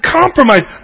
compromise